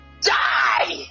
DIE